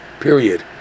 period